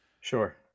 Sure